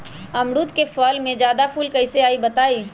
अमरुद क फल म जादा फूल कईसे आई बताई?